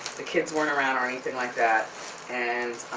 the kids weren't around or anything like that and